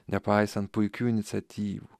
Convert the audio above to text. nepaisant puikių iniciatyvų